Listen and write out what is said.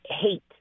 hate